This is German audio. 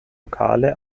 lokale